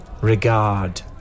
regard